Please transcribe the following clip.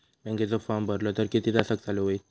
बँकेचो फार्म भरलो तर किती तासाक चालू होईत?